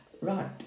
Right